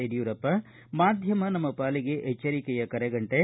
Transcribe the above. ಯಡಿಯೂರಪ್ಪ ಮಾಧ್ವಮ ನಮ್ಮ ಪಾಲಿಗೆ ಎಚ್ವರಿಕೆಯ ಕರೆಗಂಟೆ